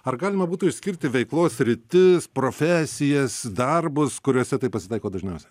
ar galima būtų išskirti veiklos sritis profesijas darbus kuriuose tai pasitaiko dažniausia